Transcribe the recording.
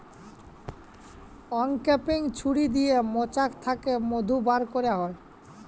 uncapping ছুরি দিয়ে মোচাক থ্যাকে মধু ব্যার ক্যারা হয়